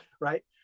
Right